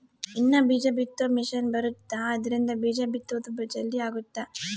ಇನ್ನ ಬೀಜ ಬಿತ್ತೊ ಮಿಸೆನ್ ಬರುತ್ತ ಆದ್ರಿಂದ ಬೀಜ ಬಿತ್ತೊದು ಜಲ್ದೀ ಅಗುತ್ತ